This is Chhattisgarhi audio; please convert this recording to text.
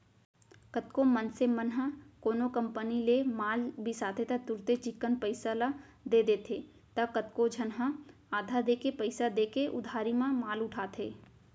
कतको मनसे मन ह कोनो कंपनी ले माल बिसाथे त तुरते चिक्कन पइसा ल दे देथे त कतको झन ह आधा देके पइसा देके उधारी म माल उठाथे